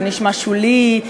זה נשמע שולי,